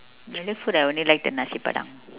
malay food I only like the nasi-padang